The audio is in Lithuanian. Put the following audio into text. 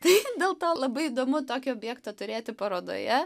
tai dėl to labai įdomu tokį objektą turėti parodoje